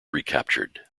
recaptured